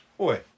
Oi